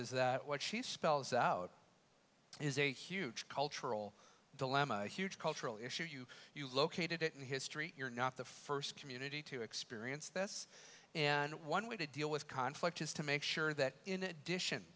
is that what she spells out is a huge cultural dilemma a huge cultural issue you located it in history you're not the first community to experience this and one way to deal with conflict is to make sure that in addition